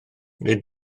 nid